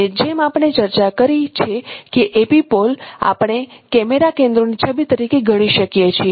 અને જેમ આપણે ચર્ચા કરી છે કે એપિપોલ આપણે કેમેરા કેન્દ્રોની છબી તરીકે ગણી શકીએ છીએ